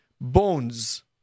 bones